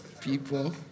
people